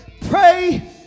Pray